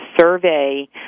survey